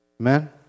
Amen